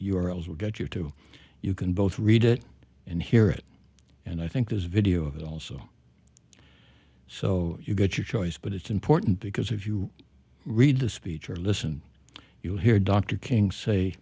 urals will get you to you can both read it and hear it and i think there's video of it also so you get your choice but it's important because if you read the speech or listen you'll hear dr king say